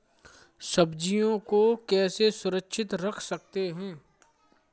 सब्जियों को कैसे सुरक्षित रख सकते हैं?